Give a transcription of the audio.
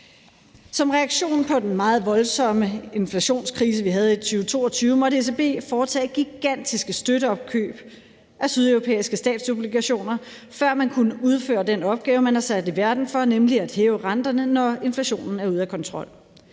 Som reaktion på den meget voldsomme inflationskrise, vi havde i 2022, måtte ECB foretage gigantiske støtteopkøb af sydeuropæiske statsobligationer, før man kunne udføre den opgave, som man er sat i verden for, nemlig at hæve renterne, når inflationen er ude af kontrol.